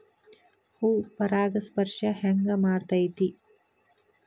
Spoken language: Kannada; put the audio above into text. ಹೂ ಪರಾಗಸ್ಪರ್ಶ ಹೆಂಗ್ ಮಾಡ್ತೆತಿ?